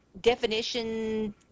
definition